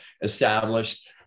established